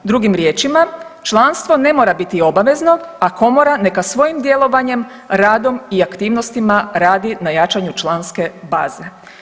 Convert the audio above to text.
Drugim riječima, članstvo ne mora biti obavezno, a Komora neka svojim djelovanjem, radom i aktivnostima radi na jačanju članske baze.